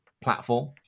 platform